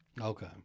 okay